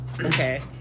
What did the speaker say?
Okay